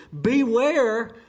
Beware